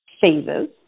phases